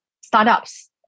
startups